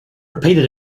repeated